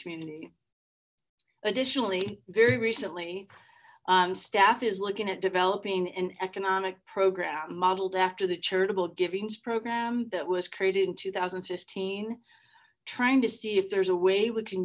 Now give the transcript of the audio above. community additionally very recently staff is looking at developing an economic program modeled after the charitable giving program that was created in two thousand and fifteen trying to see if there's a way we can